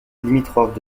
limitrophes